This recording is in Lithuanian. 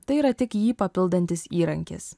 tai yra tik jį papildantis įrankis